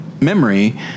memory